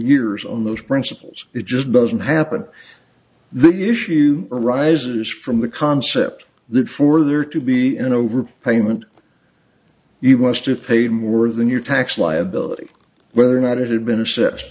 years on those principles it just doesn't happen the issue arises from the concept that for there to be an overpayment he wants to paid more than your tax liability whether or not it had been a